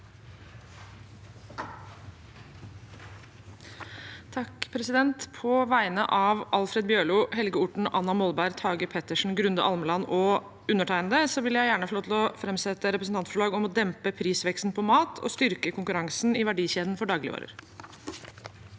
av representantene Alfred Bjørlo, Helge Orten, Anna Molberg, Tage Pettersen, Grunde Almeland og undertegnede vil jeg gjerne få lov til å framsette et representantforslag om å dempe prisveksten på mat og styrke konkurransen i verdikjeden for dagligvarer.